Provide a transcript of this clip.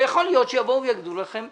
ויכול להיות שיגידו לכם: